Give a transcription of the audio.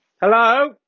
Hello